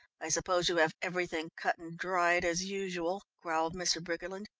i suppose you have everything cut and dried as usual, growled mr. briggerland.